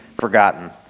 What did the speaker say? forgotten